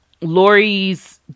Lori's